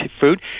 food